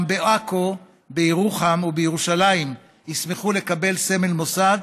גם בעכו, בירוחם ובירושלים ישמחו לקבל סמל מוסד